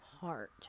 heart